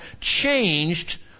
changed